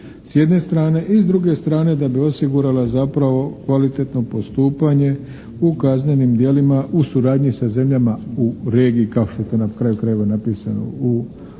s jedne strane i s druge strane da bi osigurala zapravo kvalitetno postupanje u kaznenim djelima u suradnji sa zemljama u regiji, kao što je to na kraju krajeva napisano u ovom